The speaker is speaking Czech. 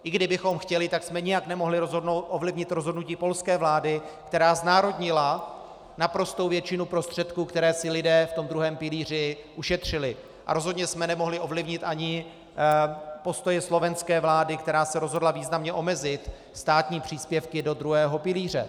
I kdybychom chtěli, tak jsme nijak nemohli ovlivnit rozhodnutí polské vlády, která znárodnila naprostou většinu prostředků, které si lidé v tom druhém pilíři ušetřili, a rozhodně jsme nemohli ovlivnit ani postoje slovenské vlády, která se rozhodla významně omezit státní příspěvky do druhého pilíře.